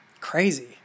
crazy